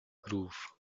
groove